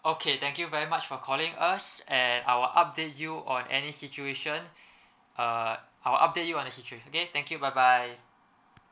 okay thank you very much for calling us and I'll update you on any situation err I will update you on the situation okay thank you bye bye